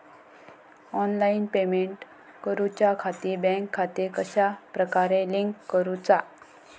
Online payment करुच्याखाती bank खाते कश्या प्रकारे लिंक करुचा?